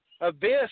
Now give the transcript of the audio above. abyss